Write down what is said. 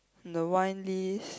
the wine list